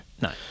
No